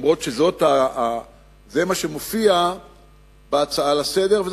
אף-על-פי שזה מה שמופיע בהצעה לסדר-היום